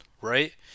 right